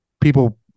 people